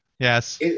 yes